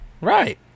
Right